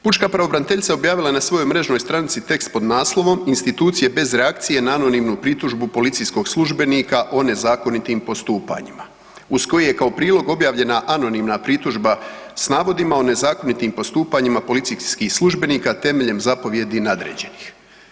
Pučka pravobraniteljica je objavila na svojoj mrežnoj stranici tekst pod naslovom „Institucije bez reakcije na anonimnu pritužbu policijskog službenika o nezakonitim postupanjima“ uz koje je kao prilog objavljena anonimna pritužba s navodima o nezakonitim postupanjima policijskih službenika temeljem zapovijedi nadređenih.